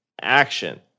action